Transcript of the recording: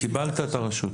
קיבלת את הרשות.